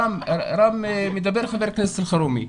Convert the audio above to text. רם, מדבר חבר הכנסת אלחרומי.